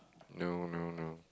no no no